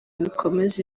bikomeza